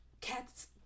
cat's